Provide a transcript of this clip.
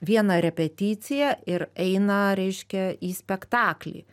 vieną repeticiją ir eina reiškia į spektaklį